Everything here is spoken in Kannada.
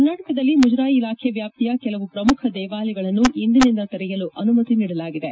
ಕರ್ನಾಟಕದಲ್ಲಿ ಮುಜರಾಯಿ ಇಲಾಖೆ ವ್ಯಾಸ್ತಿಯ ಕೆಲವು ಶ್ರಮುಖ ದೇವಾಲಯಗಳನ್ನು ಇಂದಿನಿಂದ ತೆರೆಯಲು ಅನುಮತಿ ನೀಡಲಾಗಿದೆ